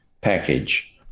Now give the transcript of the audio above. package